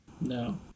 No